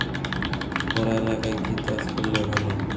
খরা এলাকায় কি চাষ করলে ভালো?